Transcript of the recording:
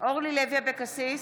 אורלי לוי אבקסיס,